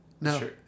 No